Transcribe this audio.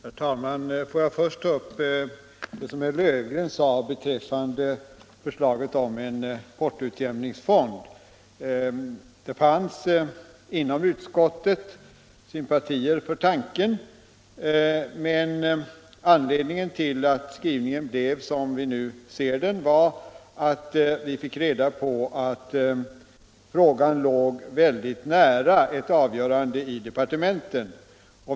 Herr talman Låt mig först ta upp det som herr Löfgren sade beträffande förslaget om en portoutjämningsfond. Det fanns inom utskottet sympatier för tanken, men anledningen till att skrivningen utformades så som den nu föreligger var, att vi fick reda på att frågan låg mycket nära ett avgörande i departementet.